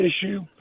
issue